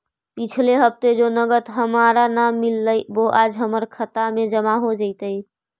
पिछले हफ्ते जो नकद हमारा न मिललइ वो आज हमर खता में जमा हो जतई